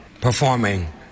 performing